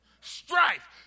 Strife